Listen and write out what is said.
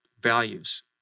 values